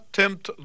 tempt